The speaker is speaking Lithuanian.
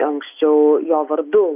anksčiau jo vardu